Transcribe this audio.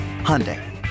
Hyundai